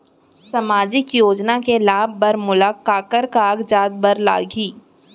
सामाजिक योजना के लाभ बर मोला काखर कागजात बर लागही?